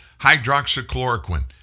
hydroxychloroquine